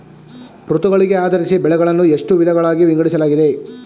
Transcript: ಋತುಗಳಿಗೆ ಆಧರಿಸಿ ಬೆಳೆಗಳನ್ನು ಎಷ್ಟು ವಿಧಗಳಾಗಿ ವಿಂಗಡಿಸಲಾಗಿದೆ?